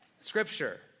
Scripture